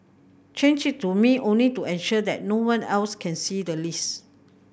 change it to me only to ensure that no one else can see the list